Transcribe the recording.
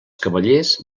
cavallers